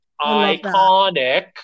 Iconic